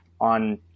on